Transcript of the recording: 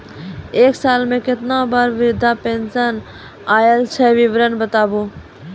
एक साल मे केतना बार वृद्धा पेंशन आयल छै विवरन बताबू?